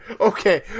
okay